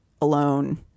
alone